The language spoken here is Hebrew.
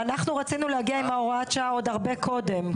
אנחנו רצינו להגיע עם הוראת השעה עוד הרבה קודם.